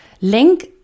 link